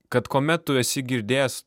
kad kuomet tu esi girdėjęs